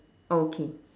okay